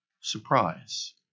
surprise